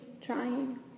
trying